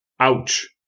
Ouch